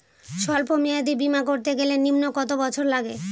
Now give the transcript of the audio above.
সল্প মেয়াদী বীমা করতে গেলে নিম্ন কত বছর লাগে?